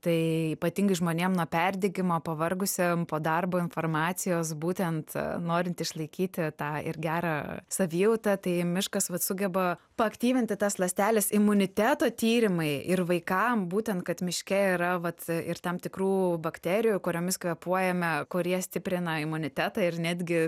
tai ypatingai žmonėm nuo perdegimo pavargusiem po darbo informacijos būtent norint išlaikyti tą ir gerą savijautą tai miškas vat sugeba paaktyvinti tas ląsteles imuniteto tyrimai ir vaikam būtent kad miške yra vat ir tam tikrų bakterijų kuriomis kvėpuojame kurie stiprina imunitetą ir netgi